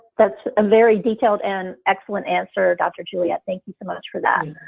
that's a very detailed and excellent answer, dr. juliette. thank you so much for that.